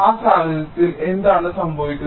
ആ സാഹചര്യത്തിൽ എന്താണ് സംഭവിക്കുന്നത്